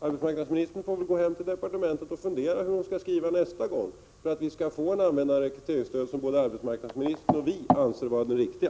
Arbetsmarknadsministern får gå hem till departementet och fundera över hur hon skall skriva nästa gång för att rekryteringsstödet skall användas på det sätt som både arbetsmarknadsministern och vi anser vara det riktiga.